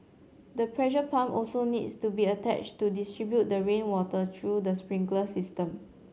the pressure pump also needs to be attached to distribute the rainwater through the sprinkler system